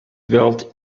built